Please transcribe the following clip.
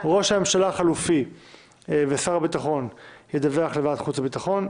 ראש הממשלה החלופי ושר הביטחון ידווח לוועדת החוץ וביטחון.